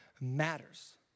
matters